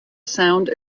sound